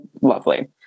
lovely